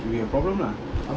we have a problem lah